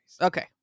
Okay